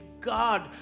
God